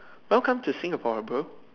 welcome to Singapore bro